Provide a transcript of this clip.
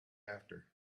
after